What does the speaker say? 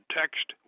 text